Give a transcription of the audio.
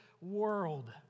world